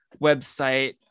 website